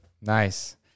nice